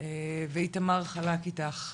ואיתמר חלק איתך,